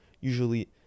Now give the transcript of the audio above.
usually